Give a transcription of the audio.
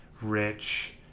rich